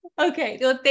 Okay